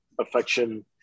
affection